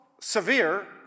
severe